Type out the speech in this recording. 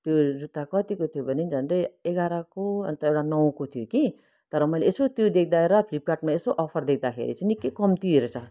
त्यो जुत्ता कतिको थियो भने नि झन्डै एघारको अन्त एउटा नौको थियो कि तर मैले यसो त्यो देख्दा र फ्लिपकार्टमा यसो अफर देख्दाखेरि चाहिँ निकै कम्ती रहेछ